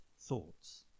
thoughts